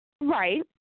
Right